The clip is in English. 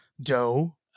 dough